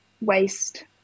waste